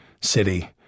city